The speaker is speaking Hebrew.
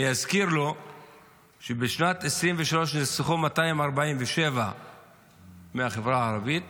אני אזכיר לו שבשנת 2023 נרצחו 247 מהחברה הערבית,